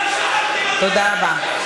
תודה רבה.